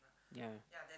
yea